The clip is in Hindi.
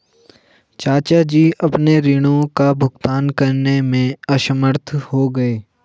चाचा जी अपने ऋणों का भुगतान करने में असमर्थ हो गए